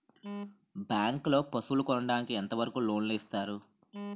Bank లో పశువుల కొనడానికి ఎంత వరకు లోన్ లు ఇస్తారు?